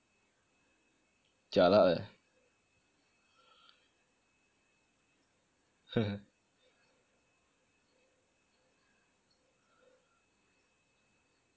jialat leh